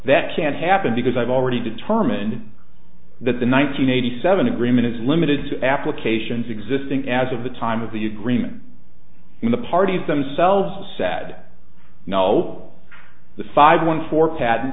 that can't happen because i've already determined that the one nine hundred eighty seven agreement is limited to applications existing as of the time of the agreement when the parties themselves sad know the five one four pat